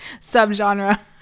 subgenre